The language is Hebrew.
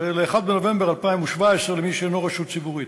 ול-1 בנובמבר 2017 למי שאינו רשות ציבורית.